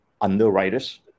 underwriters